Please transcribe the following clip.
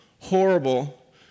horrible